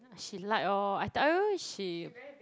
she like oh I tell you she